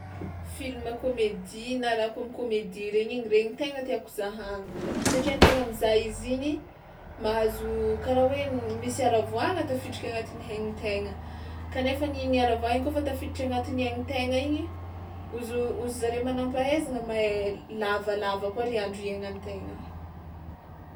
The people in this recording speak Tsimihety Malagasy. Filma comédie na raha comecomédie regny igny regny tegna tiàko zahana, satria an-tegna mizaha izy igny mahazo karaha hoe misy aravoàna tafikitra anatin'ny ain'ny tegna kanefany igny aravoà iny kaofa tafiditra agnatin'ny ain'ny tegna igny hozo- hozy zareo manam-pahaizana mahay lavalava koa le andro iaignan-tegna.